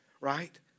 Right